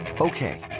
Okay